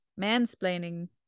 mansplaining